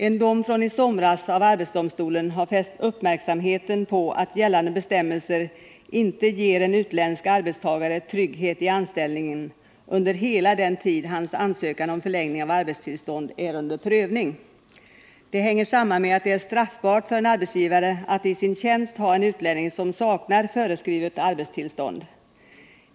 En dom från i somras av arbetsdomstolen har fäst uppmärksamheten på att gällande bestämmelser inte ger en utländsk arbetstagare trygghet i anställningen under hela den tid hans ansökan om förlängning av arbetstillstånd är under prövning. Det hänger samman med att det är straffbart för en arbetsgivare att i sin tjänst ha en utlänning som saknar föreskrivet arbetstillstånd.